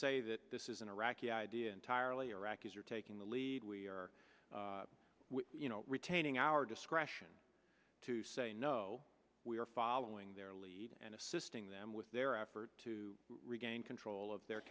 say that this is an iraqi idea entirely iraqis are taking the lead we are retaining our discretion to say no we are following their lead and assisting them with their effort to regain control of their